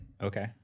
Okay